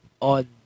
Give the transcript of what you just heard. on